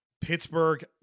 Pittsburgh